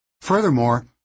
Furthermore